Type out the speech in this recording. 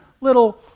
little